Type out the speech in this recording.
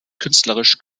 künstlerisch